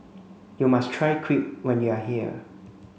you must try Crepe when you are here